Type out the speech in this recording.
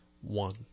one